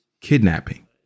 kidnapping